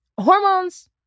hormones